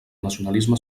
nacionalisme